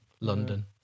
London